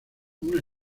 una